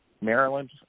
Maryland